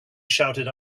shouted